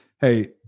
hey